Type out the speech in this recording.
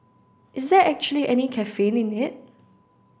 is there actually any caffeine in it